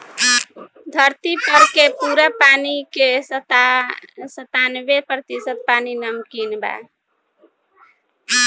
धरती पर के पूरा पानी के सत्तानबे प्रतिशत पानी नमकीन बा